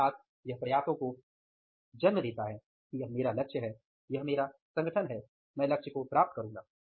अर्थात यह प्रयासों को जन्म देता है कि यह मेरा लक्ष्य है यह मेरा संगठन है मैं लक्ष्य को प्राप्त करूंगा